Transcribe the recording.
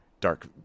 dark